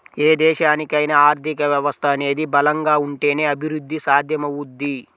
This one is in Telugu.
ఏ దేశానికైనా ఆర్థిక వ్యవస్థ అనేది బలంగా ఉంటేనే అభిరుద్ధి సాధ్యమవుద్ది